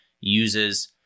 uses